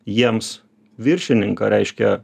jiems viršininką reiškia